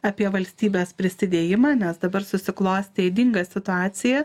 apie valstybės prisidėjimą nes dabar susiklostė ydinga situacija